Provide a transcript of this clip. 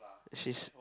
she's